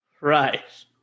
right